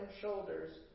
shoulders